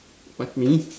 what me